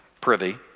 privy